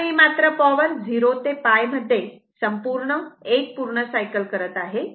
त्यावेळी मात्र पॉवर 0 ते π मध्ये संपूर्ण 1 पूर्ण सायकल करत आहे